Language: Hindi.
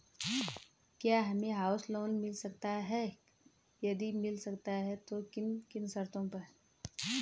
क्या हमें हाउस लोन मिल सकता है यदि मिल सकता है तो किन किन शर्तों पर?